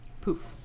Poof